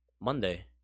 Monday